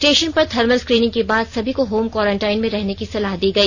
station पर thermal screening के बाद समी को होम क्वारेन्टाइन में रहने की सलाह दी गई